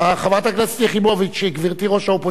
מחברת הכנסת יחימוביץ, שהיא גברתי ראש האופוזיציה.